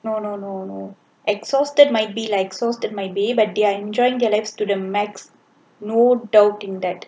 no no no no exhausted might be like exhausted might be but they are enjoying their lives to the maximum no doubting that